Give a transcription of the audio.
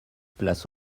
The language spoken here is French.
place